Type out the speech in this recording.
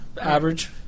average